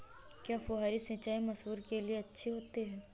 क्या फुहारी सिंचाई मसूर के लिए अच्छी होती है?